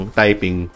typing